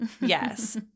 Yes